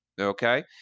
Okay